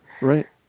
Right